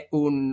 un